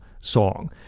song